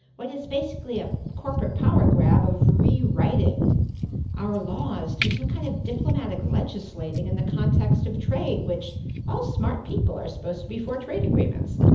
what is basically a corporate power grab of rewriting our laws to some kind of diplomatic legislating in the context of trade, which all smart people are supposed to be for trade agreements.